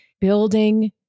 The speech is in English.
building